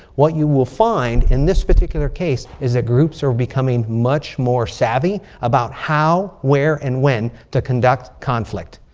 what you will find in this particular case is that groups are becoming much more savvy about how, where, and when to conduct conflict.